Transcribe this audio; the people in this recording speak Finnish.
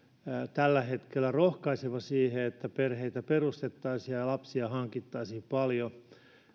tällä hetkellä kauhean rohkaiseva siihen että perheitä perustettaisiin ja ja lapsia hankittaisiin paljon